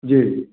जी